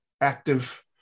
active